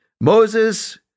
Moses